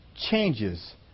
changes